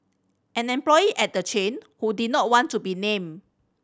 an employee at the chain who did not want to be named